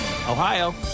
Ohio